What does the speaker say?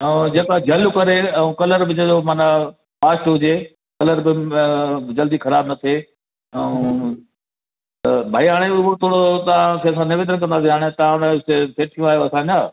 अं जेका झलियो करे ऐं कलर बि जंहिंजो माना फास्ट हुजे कलर बि जल्दी ख़राबु न थिए ऐं त भई हाणे हू थोरो तव्हांखे असां निवेदन कंदासीं हाणे तव्हां उनखे गैस्ट आहियो असांजा